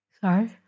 Sorry